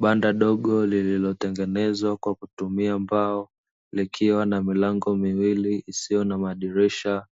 Banda dogo lililotengenezwa kwa kutumia mbao, likiwa na milango miwili isiyo na madirisha,